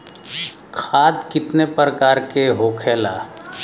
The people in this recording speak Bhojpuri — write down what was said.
खाद कितने प्रकार के होखेला?